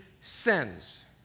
sends